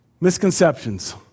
Misconceptions